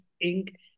Ink